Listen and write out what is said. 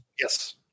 yes